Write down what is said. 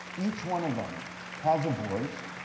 each one of them has a voice.